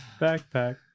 Backpack